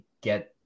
get